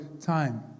time